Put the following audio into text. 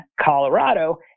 Colorado